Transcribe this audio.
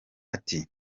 ati